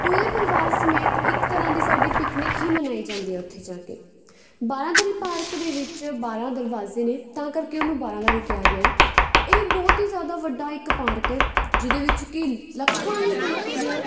ਪੂਰੇ ਪਰਿਵਾਰ ਸਮੇਤ ਇੱਕ ਤਰ੍ਹਾਂ ਦੀ ਸਾਡੀ ਪਿਕਨਿਕ ਹੀ ਮਨਾਈ ਜਾਂਦੀ ਆ ਉੱਥੇ ਜਾ ਕੇ ਬਾਰਾਂਦਰੀ ਪਾਰਕ ਦੇ ਵਿੱਚ ਬਾਰਾਂ ਦਰਵਾਜ਼ੇ ਨੇ ਤਾਂ ਕਰਕੇ ਉਹਨੂੰ ਬਾਰਾਂਦਰੀ ਕਿਹਾ ਗਿਆ ਇਹ ਬਹੁਤ ਹੀ ਜ਼ਿਆਦਾ ਵੱਡਾ ਇੱਕ ਪਾਰਕ ਹੈ ਜਿਹਦੇ ਵਿੱਚ ਕਿ ਲੱਖਾਂ ਹੀ ਤਰੀਕੇ ਦੀਆਂ